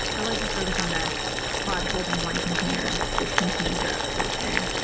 but let's just focus on that pod holding one container, which contains your application.